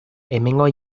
hemengo